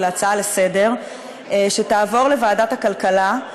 להצעה לסדר-היום שתעבור לוועדת הכלכלה.